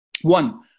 One